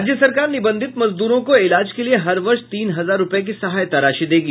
राज्य सरकार निबंधित मजदूरों को इलाज के लिए हर वर्ष तीन हजार रूपये की सहायता राशि देगी